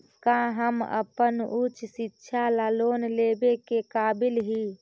का हम अपन उच्च शिक्षा ला लोन लेवे के काबिल ही?